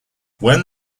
when